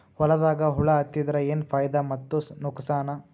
ಹೊಲದಾಗ ಹುಳ ಎತ್ತಿದರ ಏನ್ ಫಾಯಿದಾ ಮತ್ತು ನುಕಸಾನ?